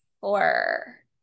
four